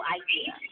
idea